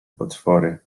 potwory